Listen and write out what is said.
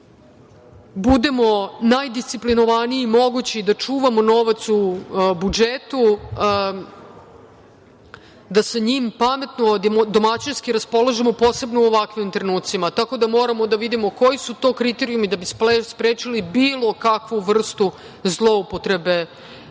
budemo najdisciplinovaniji mogući, da čuvamo novac u budžetu, da sa njim pametno, domaćinski raspolažemo, posebno u ovakvim trenucima, tako da moramo da vidimo koji su to kriterijumi da bismo sprečili bilo kakvu vrstu zloupotrebe